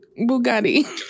Bugatti